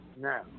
now